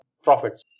profits